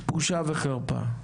בושה וחרפה.